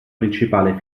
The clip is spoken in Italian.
principale